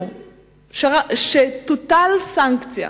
שתוטל סנקציה